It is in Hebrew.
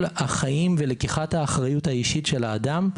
החיים ולקיחת האחריות האישית של האדם,